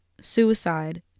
suicide